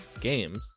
Games